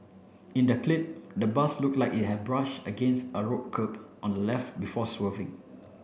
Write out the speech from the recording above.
in the clip the bus look like it had brush against a road curb on the left before swerving